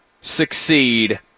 succeed